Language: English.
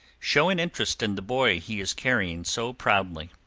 show an interest in the boy he is carrying so proudly.